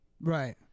Right